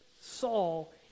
Saul